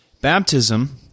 Baptism